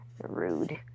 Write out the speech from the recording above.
Rude